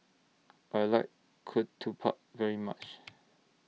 I like Ketupat very much